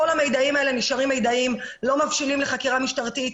כל המידעים האלה נשארים מידעים ולא מבשילים לכדי חקירה משטרתית,